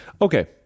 Okay